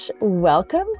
welcome